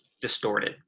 distorted